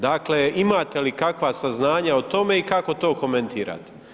Dakle, imate li kakva saznanja o tome i kako to komentirate?